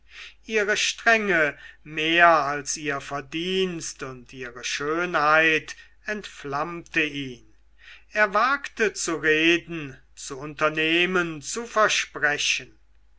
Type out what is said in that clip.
ihre strenge mehr als ihr verdienst und ihre schönheit entflammte ihn er wagte zu reden zu unternehmen zu versprechen